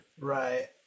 Right